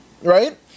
right